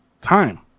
time